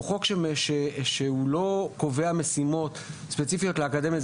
הוא חוק שהוא לא קובע משימות ספציפיות לאקדמיה.